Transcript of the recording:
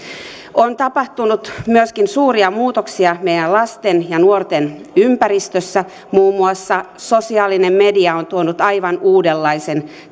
on tapahtunut myöskin suuria muutoksia meidän lastemme ja nuortemme ympäristössä muun muassa sosiaalinen media on tuonut aivan uudenlaisen